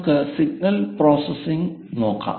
നമുക്കു signal processing നോക്കാം